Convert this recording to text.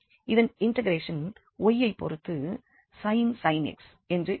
இதன் integration y யைப் பொறுத்து sin x என்று இருக்கும்